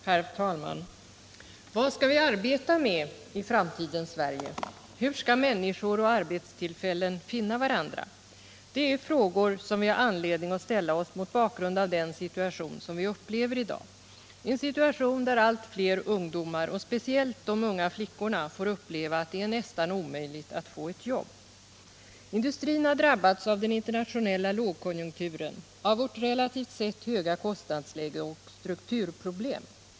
Herr talman! Vad skall vi arbeta med i framtidens Sverige? Hur skall människor och arbetstillfällen finna varandra? Det är frågor som vi har anledning att ställa oss mot bakgrund av situationen i dag, en situation där allt fler ungdomar och speciellt de unga flickorna får uppleva att det är nästan omöjligt att få ett jobb. Industrin har drabbats av den internationella lågkonjunkturen, av vårt relativt sett höga kostnadsläge och av strukturproblem.